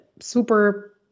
super